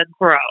grow